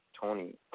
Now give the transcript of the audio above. Tony